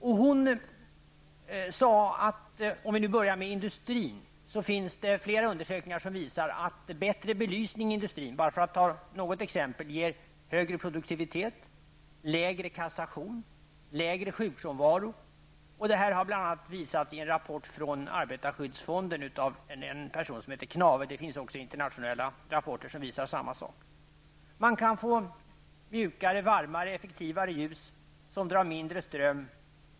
Om vi börjar med industrin, sade hon, för att ta ett exempel, att det finns flera undersökningar som visar att bättre belysning inom industrin ger högre produktivitet, lägre kassation och lägre sjukfrånvaro. Detta har bl.a. visats i en rapport från arbetarskyddsfonden av en person som heter Knave. Det finns även internationella rapporter som visar samma sak. Man kan få mjukare, varmare och effektivare ljus som drar mindre ström.